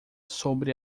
sobre